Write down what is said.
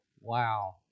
Wow